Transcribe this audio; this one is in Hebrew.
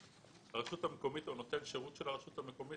הרשות המקומית או נותן שירות של הרשות המקומית